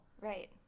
right